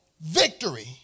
victory